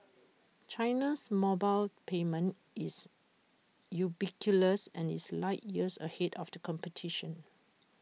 China's mobile payment is and is light years ahead of the competition